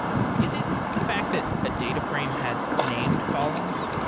is it the fact that a data frame has named columns?